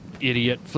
idiot